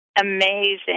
amazing